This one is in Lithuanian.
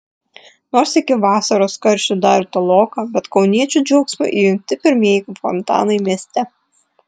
nors iki vasaros karščių dar toloka bet kauniečių džiaugsmui įjungti pirmieji fontanai mieste